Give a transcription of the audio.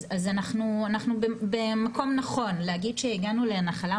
אז אנחנו במקום נכון, להגיד שהגענו אל הנחלה?